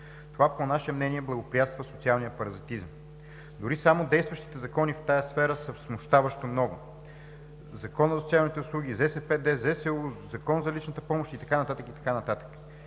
Това по наше мнение благоприятства социалния паразитизъм и дори само действащите закони в тази сфера са смущаващо много – Законът за социалните услуги, ЗСПД, Закон за личната помощ и така нататък. Част от тях